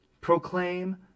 proclaim